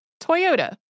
Toyota